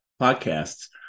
podcasts